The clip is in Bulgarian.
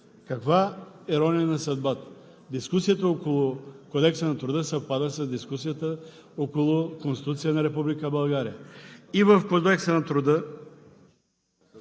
Каква ирония на съдбата! Дискусията около Кодекса на труда съвпада с дискусията около Конституцията на Република България. И в Кодекса на труда